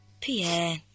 Pierre